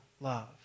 love